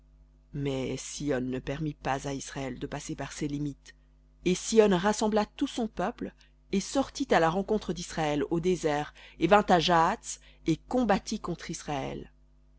mais sihon ne permit pas à israël de passer par ses limites et sihon rassembla tout son peuple et sortit à la rencontre d'israël au désert et vint à jahats et combattit contre israël